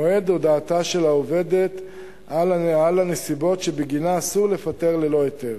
במועד הודעתה של העובדת על הנסיבות שבגינה אסור לפטרה ללא היתר,